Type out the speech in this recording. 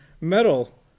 metal